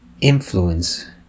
influence